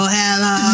hello